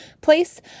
place